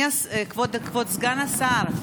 כבוד סגן השר,